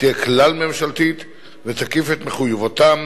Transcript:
תהיה כלל-ממשלתית ותקיף את מחויבותם